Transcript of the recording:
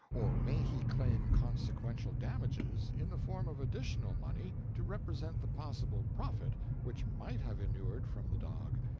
or may he claim consequential damages in the form of additional money to represent the possible profit which might have inured from the dog,